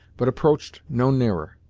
but approached no nearer.